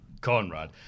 Conrad